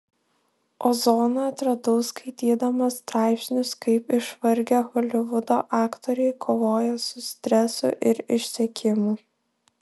ozoną atradau skaitydamas straipsnius kaip išvargę holivudo aktoriai kovoja su stresu ir išsekimu